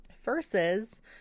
Versus